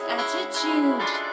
attitude